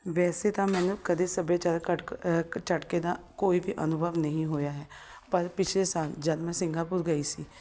ਵੈਸੇ ਤਾਂ ਮੈਨੂੰ ਕਦੇ ਸੱਭਿਆਚਾਰ ਕੜਕ ਝੜਕੇ ਦਾ ਕੋਈ ਵੀ ਅਨੁਭਵ ਨਹੀਂ ਹੋਇਆ ਹੈ ਪਰ ਪਿਛਲੇ ਸਾਲ ਜਦ ਮੈਂ ਸਿੰਘਾਪੁਰ ਗਈ ਸੀ